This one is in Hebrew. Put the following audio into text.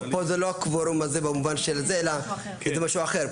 פה זה לא הקוורום הזה במובן של זה אלא זה משהו אחר.